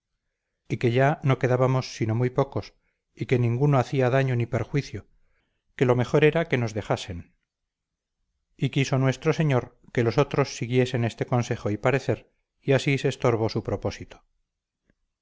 y que ya no quedábamos sino muy pocos y que ninguno hacía daño ni perjuicio que lo mejor era que nos dejasen y quiso nuestro señor que los otros siguiesen este consejo y parecer y así se estorbó su propósito